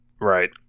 Right